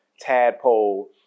tadpole